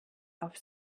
auf